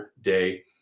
Day